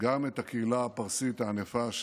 גם את הקהילה הפרסית הענפה,